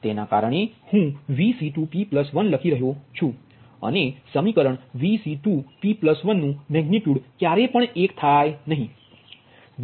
તેના કારણે હુ Vc2p1લખી રહ્યો છુ અને સમીકરણ Vc2p1 નુ મેગનિટ્યુડ ક્યારેય એક થાય નહીં